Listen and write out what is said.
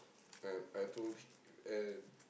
and I told him and